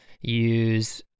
use